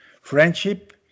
friendship